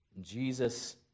Jesus